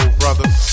brothers